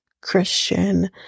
Christian